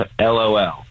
LOL